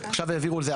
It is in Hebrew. עכשיו העבירו את זה.